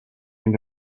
and